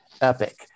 epic